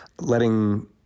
letting